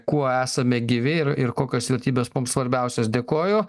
kuo esame gyvi ir ir kokios vertybės mums svarbiausios dėkoju